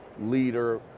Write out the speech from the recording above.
leader